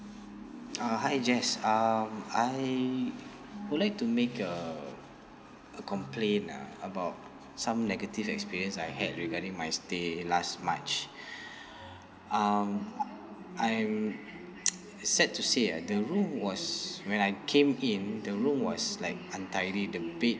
uh hi jess um I would like to make a a complaint ah about some negative experience I had regarding my stay last march um I'm sad to say ah the room was when I came in the room was like untidy the bed